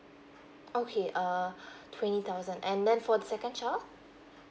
okay uh twenty thousand and then for the second child